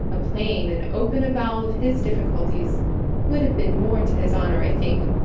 a plain and open avowal of his difficulties would have been more to his honour i think,